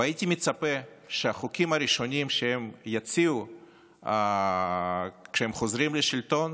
והייתי מצפה שהחוקים הראשונים שהם יציעו כשהם חוזרים לשלטון